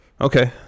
Okay